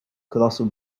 colossal